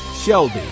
Shelby